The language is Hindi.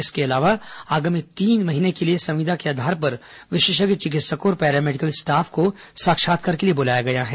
इसके अलावा आगामी तीन माह के लिए संविदा के आधार पर विशेषज्ञ चिकित्सकों और पैरा मेडिकल स्टॉफ को साक्षात्कार के लिए बुलाया गया है